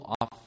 off